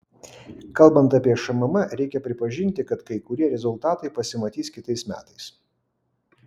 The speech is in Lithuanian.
kalbant apie šmm reikia pripažinti kad kai kurie rezultatai pasimatys kitais metais